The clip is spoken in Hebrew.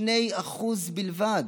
2% בלבד.